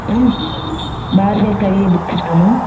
ma'am Bharathiyar கவிதை book இருக்கா ma'am